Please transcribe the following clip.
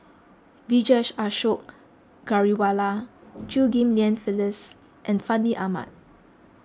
Vijesh Ashok Ghariwala Chew Ghim Lian Phyllis and Fandi Ahmad